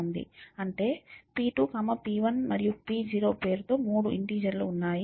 అంటే p2 p1 మరియు p0 పేరుతో మూడు ఇంటిజర్ లు ఉన్నాయి